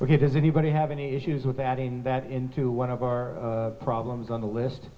or he does anybody have any issues with that in that into one of our problems on the list